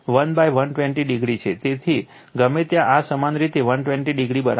તેથી ગમે ત્યાં આ સમાન રીતે 120o બરાબર છે